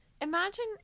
Imagine